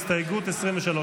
הסתייגות 23,